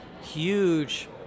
huge